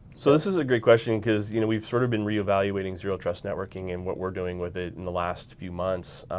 so this is a great question cause you know we've sort of been reevaluating zero trust networking and what we're doing with it in the last few months.